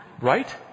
Right